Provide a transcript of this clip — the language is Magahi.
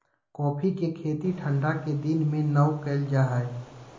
कॉफ़ी के खेती ठंढा के दिन में नै कइल जा हइ